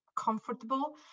comfortable